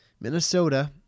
Minnesota